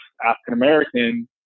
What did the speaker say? African-American